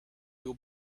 you